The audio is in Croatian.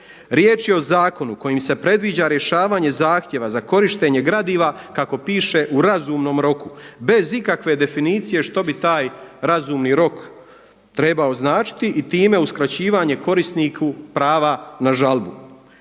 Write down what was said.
Riječ je o zakonu kojim se predviđa rješavanje zahtjeva za korištenje gradiva kako piše u razumnom roku bez ikakve definicije što bi taj razumni rok trebao značiti i time uskraćivanje korisniku prava na žalbu.